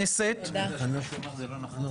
הכנסת ------ יודע שמה שהוא אמר זה לא נכון.